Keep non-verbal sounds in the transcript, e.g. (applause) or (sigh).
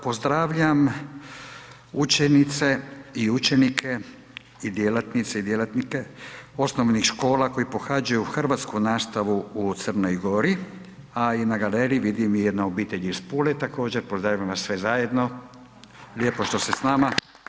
Pozdravljam učenice i učenike i djelatnice i djelatnike osnovnih škola koji pohađaju hrvatsku nastavu u Crnoj Gori, a i na galeriji vidim i jedna obitelj iz Pule, također, pozdravljam vas sve zajedno. … (applause) Lijepo što ste s nama.